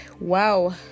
wow